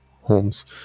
Holmes